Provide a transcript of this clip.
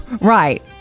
Right